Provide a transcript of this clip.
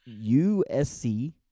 USC